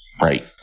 Right